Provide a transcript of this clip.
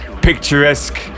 picturesque